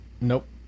nope